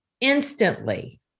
Instantly